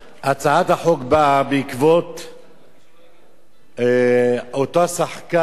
הצעת החוק באה בעקבות אותו שחקן,